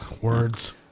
Words